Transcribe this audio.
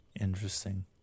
Interesting